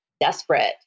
desperate